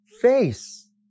face